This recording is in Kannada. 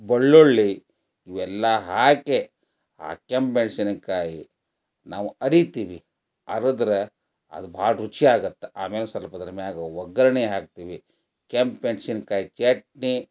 ಬೆಳ್ಳುಳ್ಳಿ ಇವೆಲ್ಲ ಹಾಕೆ ಆ ಕೆಂಪು ಮೆಣಸಿನಕಾಯಿ ನಾವು ಅರಿತೀವಿ ಅರೆದ್ರೆ ಅದು ಭಾಳ ರುಚಿ ಆಗುತ್ತೆ ಆಮೇಲೆ ಸ್ವಲ್ಪ ಅದ್ರ ಮ್ಯಾಗ ಒಗ್ಗರಣೆ ಹಾಕ್ತೀವಿ ಕೆಂಪು ಮೆಣಸಿನ್ಕಾಯಿ ಚಟ್ನಿ